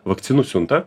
vakcinų siuntą